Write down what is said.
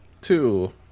Two